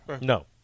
No